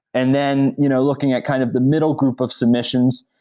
and then you know looking at kind of the middle group of submissions,